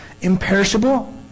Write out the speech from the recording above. imperishable